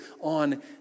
on